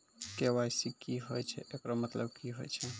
KYC की होय छै, एकरो मतलब की होय छै?